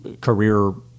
career